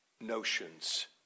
notions